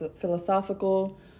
philosophical